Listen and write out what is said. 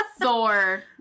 Thor